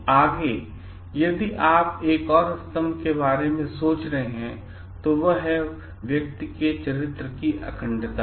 आगे यदि आप एक और स्तंभ के बारे में सोच रहे हैं तो वह व्यक्ति के चरित्र की अखंडता है